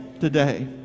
today